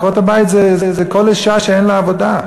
עקרות-הבית זה כל אישה שאין לה עבודה.